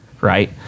right